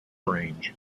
range